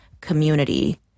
community